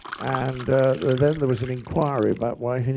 and then there was an inquiry about why.